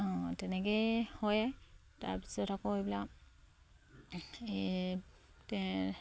অঁ তেনেকেই হয় তাৰপিছত আকৌ এইবিলাক এই